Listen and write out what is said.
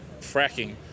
fracking